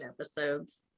Episodes